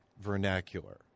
vernacular